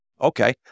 Okay